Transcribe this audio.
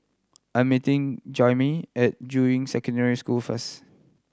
I'm meeting Jaimie at Juying Secondary School first